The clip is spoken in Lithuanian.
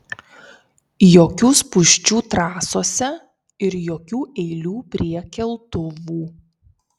jokių spūsčių trasose ir jokių eilių prie keltuvų